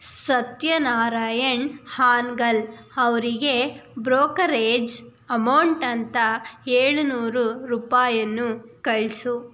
ಸತ್ಯನಾರಾಯಣ್ ಹಾನ್ಗಲ್ ಅವರಿಗೆ brokerage amount ಅಂತ ಏಳುನೂರು ರೂಪಾಯನ್ನು ಕಳಿಸು